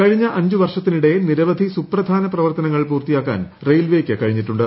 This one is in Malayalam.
കഴിഞ്ഞ അഞ്ചു വർഷത്തിനിടെ നിരവ്ധി സുപ്രധാന പ്രവർത്തനങ്ങൾ പൂർത്തിയാക്കാൻ റെയിൽവേക്ക് കഴിഞ്ഞിട്ടുണ്ട്